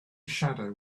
shadow